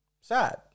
sad